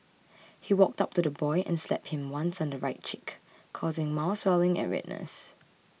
he walked up to the boy and slapped him once on the right cheek causing mild swelling and redness